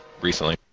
recently